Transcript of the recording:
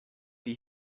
die